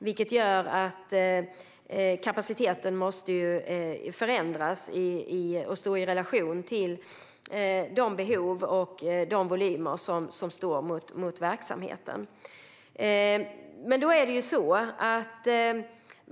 Det gör att kapaciteten måste förändras och stå i relation till de behov och de volymer som finns i verksamheten.